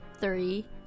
Three